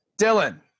Dylan